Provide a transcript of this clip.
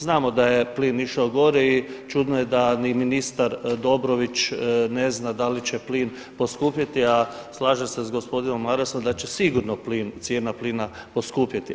Znamo da je plin išao gore i čudno je da ni ministar Dobrović ne zna da li će plin poskupjeti, a slažem se s gospodinom Marasom da će sigurno cijena plina poskupjeti.